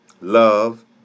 love